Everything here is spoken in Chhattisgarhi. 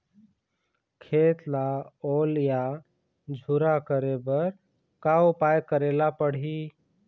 खेत ला ओल या झुरा करे बर का उपाय करेला पड़ही?